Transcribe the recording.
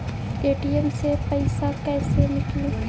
ATM से पैसा कैसे नीकली?